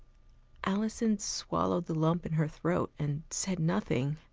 alison swallowed the lump in her throat and said nothing.